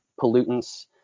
pollutants